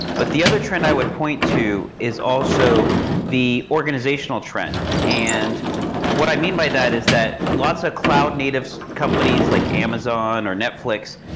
but the other trend i would point to is also the organizational trend. and what i mean by that is that lots of cloud-native companies like amazon, or netflix,